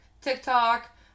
TikTok